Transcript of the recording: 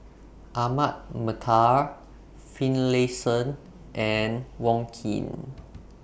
Ahmad Mattar Finlayson and Wong Keen